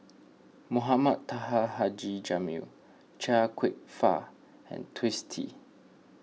Mohamed Taha Haji Jamil Chia Kwek Fah and Twisstii